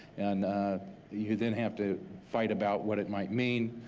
and you then have to fight about what it might mean,